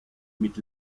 mit